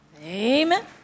Amen